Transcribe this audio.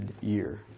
year